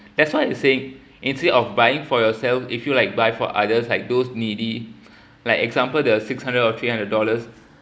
that's what I'm saying instead of buying for yourself if you like buy for others like those needy like example the six hundred or three hundred dollars